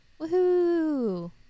Woohoo